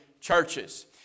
churches